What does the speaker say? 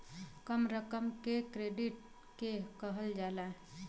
कम रकम के क्रेडिट के कहल जाला